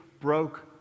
broke